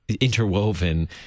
interwoven